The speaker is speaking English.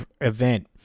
event